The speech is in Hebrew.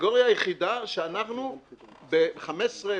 הקטגוריה היחידה שאנחנו ב-15%,